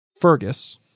Fergus